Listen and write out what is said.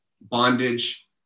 bondage